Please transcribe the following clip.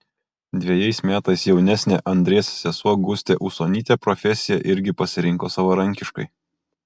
dvejais metais jaunesnė andrės sesuo gustė usonytė profesiją irgi pasirinko savarankiškai